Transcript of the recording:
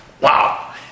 Wow